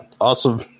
Awesome